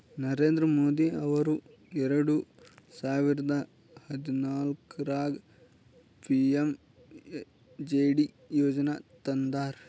ನರೇಂದ್ರ ಮೋದಿ ಅವರು ಎರೆಡ ಸಾವಿರದ ಹದನಾಲ್ಕರಾಗ ಪಿ.ಎಮ್.ಜೆ.ಡಿ ಯೋಜನಾ ತಂದಾರ